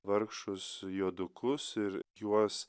vargšus juodukus ir juos